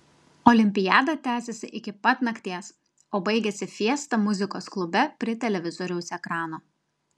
olimpiada tęsėsi iki pat nakties o baigėsi fiesta muzikos klube prie televizoriaus ekrano